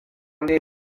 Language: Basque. handia